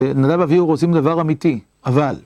נדב ואביהו רוצים דבר אמיתי, אבל